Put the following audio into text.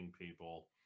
people